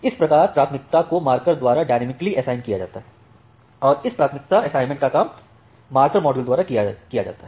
इस प्रकार प्राथमिकता को मार्कर द्वारा डायनामिकली असाइन किया जाता है और इस प्राथमिकता असाइनमेंट का काम मार्कर माड्यूल द्वारा किया जाता है